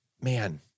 man